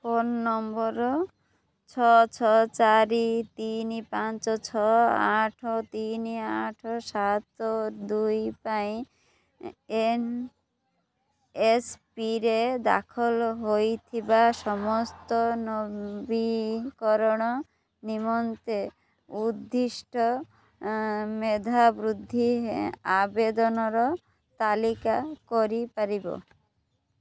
phone number ଛଅ ଛଅ ଚାରି ତିନି ପାଞ୍ଚ ଛଅ ଆଠ ତିନି ଆଠ ସାତ ଦୁଇ ପାଇଁ ଏନ୍ଏସ୍ପିରେ ଦାଖଲ ହୋଇଥିବା ସମସ୍ତ ନବୀକରଣ ନିମନ୍ତେ ଉଦ୍ଦିଷ୍ଟ ମେଧାବୃତ୍ତି ଆବେଦନର ତାଲିକା କରିପାରିବ